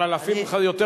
אבל יותר אלפים באו.